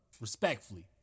respectfully